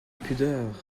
pudeur